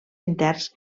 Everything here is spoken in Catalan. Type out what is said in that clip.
interns